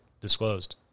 disclosed